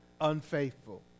unfaithful